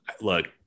look